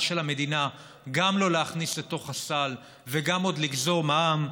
של המדינה גם לא להכניס לתוך הסל וגם עוד לגזור מע"מ,